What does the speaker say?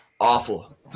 awful